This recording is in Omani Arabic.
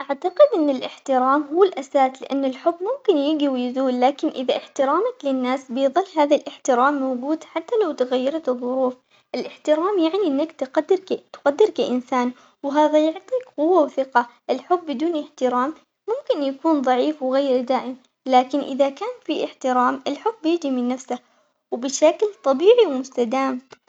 اعتقد إنه الاحترام هو الأساس لأنه الحب ممكن ينقي ويزول لكن إذا احترامك للناس بيظل هذا الاحترام موجود حتى لو تغيرت الظروف، الاحترام يعني إنك تقدر كيف تقدر كإنسان وهذا يعطي قوة وثقة، الحب بدون احترام ممكن يكون ضعيف وغير دائم لكن إذا كان في احترام الحب ييجي من نفسه وبشكل طبيعي ومستدام.